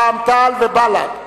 רע"ם-תע"ל ובל"ד,